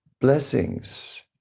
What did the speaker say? blessings